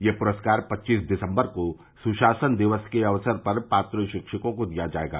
यह पुरस्कार पच्चीस दिसम्बर को सुशासन दिवस के अवसर पर पात्र शिक्षकों को दिया जायेगा